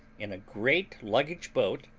in a great luggage-boat,